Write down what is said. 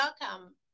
welcome